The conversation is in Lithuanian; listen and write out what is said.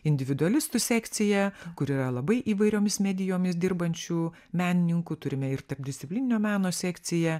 individualistų sekcija kur yra labai įvairiomis medijomis dirbančių menininkų turime ir tarpdisciplininio meno sekciją